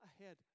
ahead